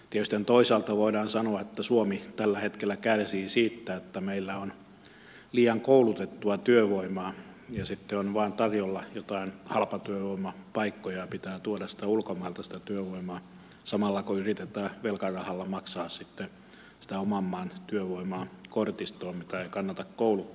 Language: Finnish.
tietysti toisaalta voidaan sanoa että suomi tällä hetkellä kärsii siitä että meillä on liian koulutettua työvoimaa ja sitten on tarjolla vain joitakin halpatyövoimapaikkoja niin että pitää tuoda ulkomailta sitä työvoimaa samalla kun yritetään velkarahalla maksaa sitten sitä oman maan työvoimaa kortistoon mitä ei kannata kouluttaa